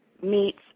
meats